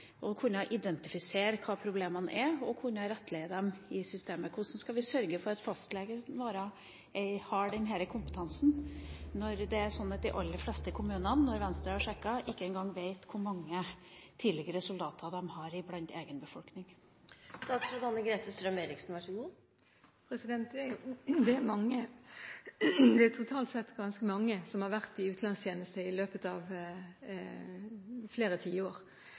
kunne identifisere hva problemene er og kunne rettlede dem i systemet? Hvordan kan man sørge for at fastlegen har denne kompetansen, når det er slik at de aller fleste kommuner – når Venstre har sjekket – ikke en gang vet hvor mange tidligere soldater de har i egen befolkning? Det er totalt sett ganske mange som har vært i utenlandstjeneste i løpet av flere tiår, så